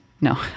No